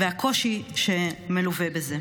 והקושי שמלווה בזה.